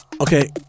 Okay